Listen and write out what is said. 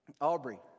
Aubrey